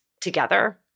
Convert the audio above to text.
together